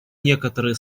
некоторые